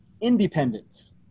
independence